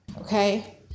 Okay